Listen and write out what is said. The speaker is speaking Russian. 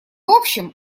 общем